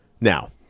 now